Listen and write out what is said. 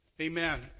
Amen